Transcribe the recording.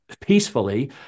peacefully